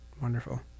wonderful